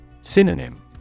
Synonym